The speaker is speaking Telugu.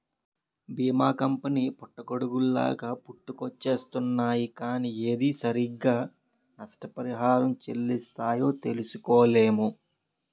బీమా కంపెనీ పుట్టగొడుగుల్లాగా పుట్టుకొచ్చేస్తున్నాయ్ కానీ ఏది సరిగ్గా నష్టపరిహారం చెల్లిస్తాయో తెలుసుకోలేము